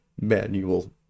manual